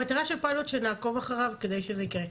המטרה של פיילוט זה שנעקוב אחריו כדי שזה יקרה,